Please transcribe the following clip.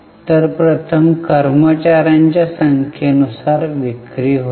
तर प्रथम कर्मचार्यांच्या संख्ये नुसार विक्री होते